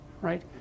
right